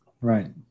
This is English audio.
Right